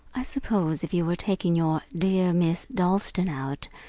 i suppose, if you were taking your dear miss dalstan out,